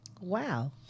Wow